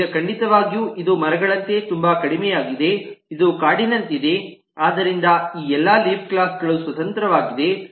ಈಗ ಖಂಡಿತವಾಗಿಯೂ ಇದು ಮರಗಳಂತೆ ತುಂಬಾ ಕಡಿಮೆಯಾಗಿದೆ ಇದು ಕಾಡಿನಂತಿದೆ ಆದ್ದರಿಂದ ಈ ಎಲ್ಲಾ ಲೀಫ್ ಕ್ಲಾಸ್ ಗಳು ಸ್ವತಂತ್ರವಾಗಿವೆ